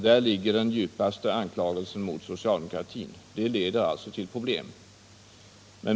Där ligger den djupaste anklagelsen mot socialdemokratin. Och det är det som leder till problem.